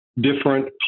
different